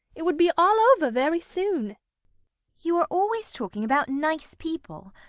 it would be all over very soon you are always talking about nice people.